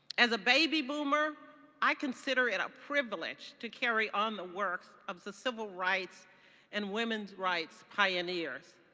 as a baby boomer i consider it a privilege to carry on the works of the civil rights and women's rights pioneers.